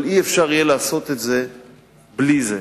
אבל לא יהיה אפשר לעשות את זה בלי זה.